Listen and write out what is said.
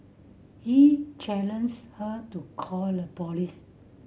he challenged her to call a police